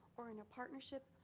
or in a partnership,